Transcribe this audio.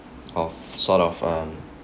of sort of um